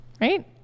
Right